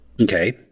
Okay